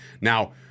Now